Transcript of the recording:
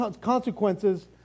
consequences